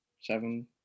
Seven